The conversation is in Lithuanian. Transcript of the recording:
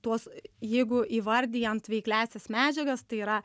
tuos jeigu įvardijant veikliąsias medžiagas tai yra